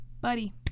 buddy